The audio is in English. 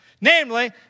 Namely